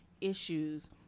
issues